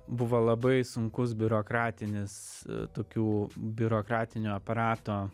buvo labai sunkus biurokratinis tokių biurokratinio aparato